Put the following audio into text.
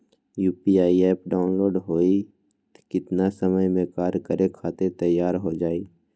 UPI app download होई त कितना समय मे कार्य करे खातीर तैयार हो जाई?